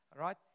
right